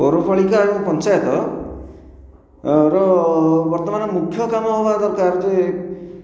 ପୌର ପାଳିକା ଏବଂ ପଞ୍ଚାୟତ ର ବର୍ତ୍ତମାନ ମୁଖ୍ୟ କାମ ହେବା ଦରକାର ଯେ